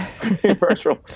virtual